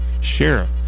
Sheriff